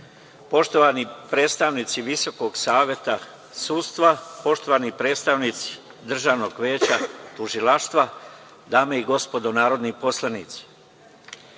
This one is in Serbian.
poštovani predstavnici Visokog saveta sudstva, poštovani predstavnici Državnog veća tužilaštva, dame i gospodo narodni poslanici